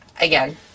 again